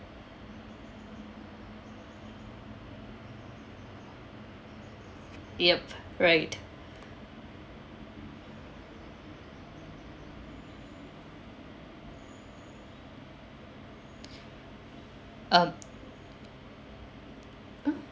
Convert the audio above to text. yup right um uh